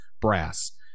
brass